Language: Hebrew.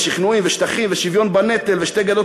שכנועים ושטחים ושוויון בנטל ושתי גדות